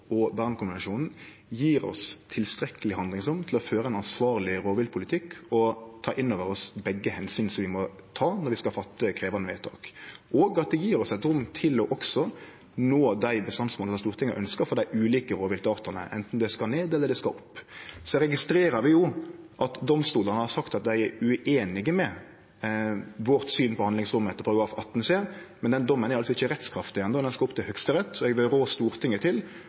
og Bernkonvensjonen gjev oss tilstrekkeleg handlingsrom til å føre ein ansvarleg rovviltpolitikk og ta innover oss begge omsyna vi må ta når vi skal fatte krevjande vedtak, og at det gjev oss eit rom til også å nå dei bestandsmåla som Stortinget har ønskt for dei ulike rovviltartane, anten det skal ned eller det skal opp. Vi registrerer at domstolane har sagt at dei er ueinig i vårt syn på handlingsrommet etter § 18 c, men den dommen er altså ikkje rettskraftig enno, han skal opp til Høgsterett, så eg vil rå Stortinget til